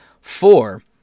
Four